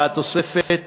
והתוספת